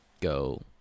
go